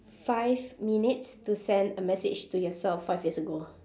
five minutes to send a message to yourself five years ago ah